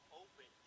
open